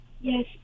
Yes